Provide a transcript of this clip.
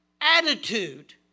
attitude